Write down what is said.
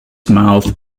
mouth